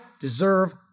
deserve